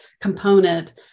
component